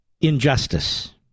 injustice